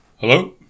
Hello